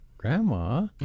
Grandma